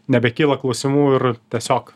nebekyla klausimų ir tiesiog